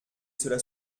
cela